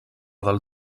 del